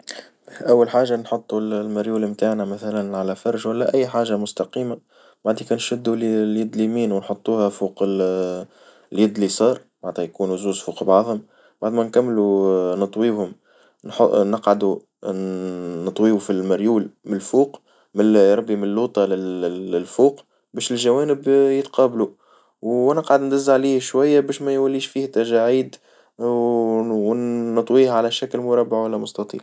أول حاجة نحطو المريول متاعنا مثلًا على فرش ولا أي حاجة مستقيمة، بعديكا نشدو اليد اليمين ونحطوها فوق اليد اليسار، معناتا يكونو جوز فوق بعضهم، بعد ما نكملو نطويوهم نح- نقعدو نطويو في المريول من فوق يا ربي من اللوطة للفوق باش الجوانب يتقابلو ونقعد نجز عليها شوية باش ميقوليش فيها تجاعيد و ونطويها على شكل مربع والا مستطيل.